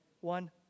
One